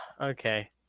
okay